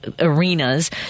arenas